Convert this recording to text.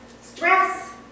stress